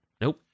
Nope